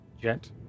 Jet